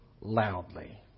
loudly